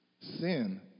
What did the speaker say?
Sin